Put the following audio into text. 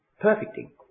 perfecting